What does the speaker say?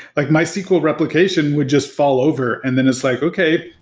like mysql replication would just fall over and then it's like, okay,